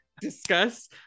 discuss